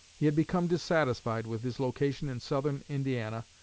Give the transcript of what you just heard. he had become dissatisfied with his location in southern indiana,